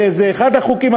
וזה אחד החוקים,